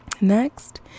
Next